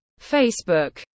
Facebook